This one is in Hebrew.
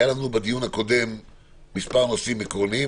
היו לנו בדיון מספר נושאים עקרוניים.